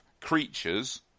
creatures